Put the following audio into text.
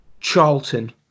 Charlton